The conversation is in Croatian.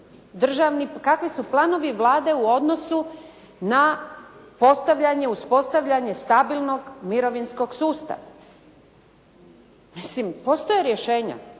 kakvi su planovi Vlade u odnosu na postavljanje, uspostavljanje stabilnog mirovinskog sustava. Mislim postoje rješenja,